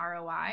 ROI